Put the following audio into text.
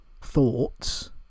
thoughts